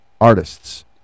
artists